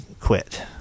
quit